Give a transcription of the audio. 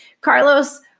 Carlos